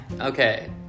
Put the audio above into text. okay